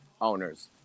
owners